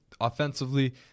offensively